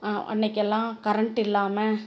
அன்னைக்கெல்லாம் கரண்ட்டு இல்லாமல்